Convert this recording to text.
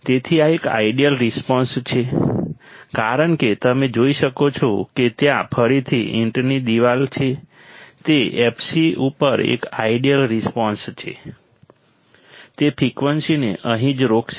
તેથી આ એક આઇડીઅલ રિસ્પોન્સ છે કારણ કે તમે જોઈ શકો છો કે ત્યાં ફરીથી ઈંટની દિવાલ છે તે fc ઉપર એક આઇડીઅલ રિસ્પોન્સ છે તે ફ્રિકવન્સીને અહીં જ રોકશે